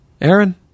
Aaron